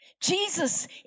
Jesus